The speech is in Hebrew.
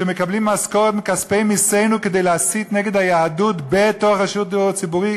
שמקבלים משכורת מכספי מסינו כדי להסית נגד היהדות בתוך רשות ציבורית,